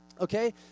Okay